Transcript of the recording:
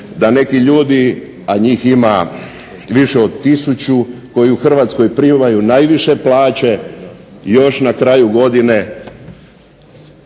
da neki ljudi, a njih ima više od 1000 koji u Hrvatskoj primaju najviše plaće još na kraju godine